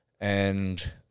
and-